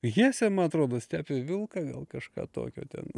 hesę man atrodo stepių vilką gal kažką tokio ten